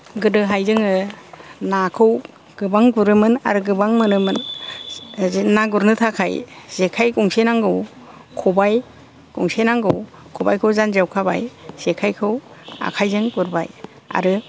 गोदोहाय जोङो नाखौ गोबां गुरोमोन आरो गोबां मोनोमोन जि ना गुरनो थाखाय जेखाइ गंसे नांगौ खबाय गंसे नांगौ खबायखौ जान्जियाव खाबाय जेखाइखौ आखाइजों गुरबाय आरो